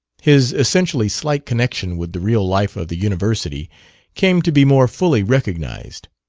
his essentially slight connection with the real life of the university came to be more fully recognized.